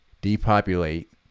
depopulate